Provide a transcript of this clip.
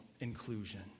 inclusion